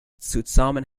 zusammen